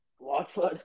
Watford